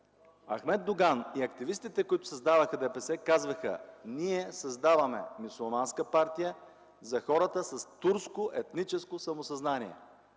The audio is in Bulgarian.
Ахмед Доган и активистите, които създаваха ДПС, казваха: „Ние създаваме мюсюлманска партия за хората с турско етническо самосъзнание.”